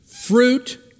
Fruit